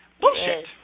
Bullshit